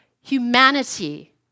humanity